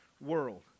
world